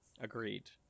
agreed